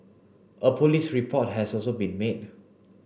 a police report has also been made